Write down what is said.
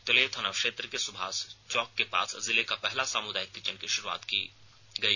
तिलैया थाना क्षेत्र के सुभाष चौक के पास जिले का पहला सामुदायिक किचन की शुरुआत हुई